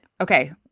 okay